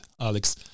Alex